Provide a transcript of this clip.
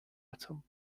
atom